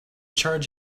charge